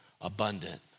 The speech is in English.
abundant